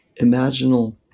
imaginal